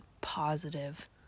positive